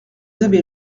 avez